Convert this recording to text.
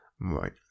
right